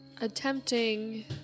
attempting